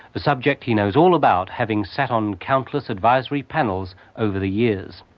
a subject he knows all about having sat on countless advisory panels over the years.